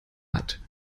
hat